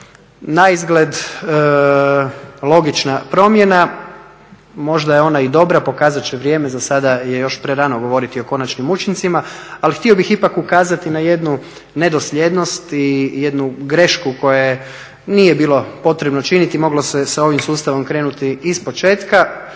Naizgled logična promjena, možda je ona i dobra, pokazat će vrijeme, zasada je još prerano govoriti o konačnim učincima, ali htio bih ipak ukazati na jednu nedosljednost i jednu grešku koju nije bilo potrebno činiti, moglo se sa ovim sustavom krenuti ispočetka,